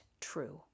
true